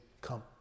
come